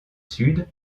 sud